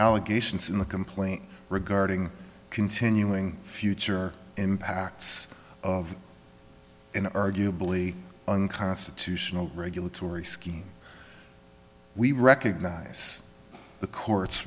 allegations in the complaint regarding continuing future impacts of an arguably unconstitutional regulatory scheme we recognize the court